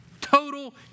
total